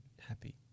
happy